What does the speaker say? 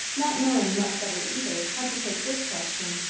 not knowing much better either how to take this question.